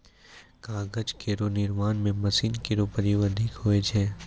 कागज केरो निर्माण म मशीनो केरो प्रयोग अधिक होय छै